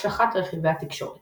הקשחת רכיבי התקשורת